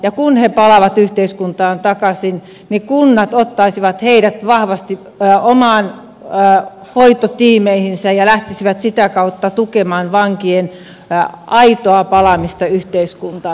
ja kun he palaavat yhteiskuntaan takaisin kunnat ottaisivat heidät vahvasti omiin hoitotiimeihinsä ja lähtisivät sitä kautta tukemaan vankien aitoa palaamista yhteiskuntaan